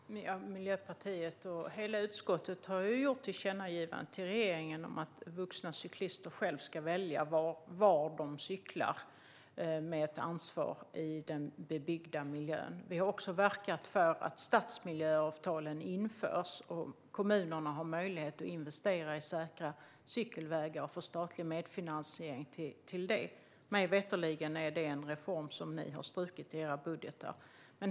Herr talman! Miljöpartiet och hela utskottet har gjort ett tillkännagivande till regeringen om att vuxna cyklister själva ska välja var de cyklar med ett ansvar i den bebyggda miljön. Vi har också verkat för att stadsmiljöavtalen införs, och kommunerna har möjlighet att investera i säkra cykelvägar och få statlig medfinansiering till det. Mig veterligen är det en reform som ni har strukit i era budgetar.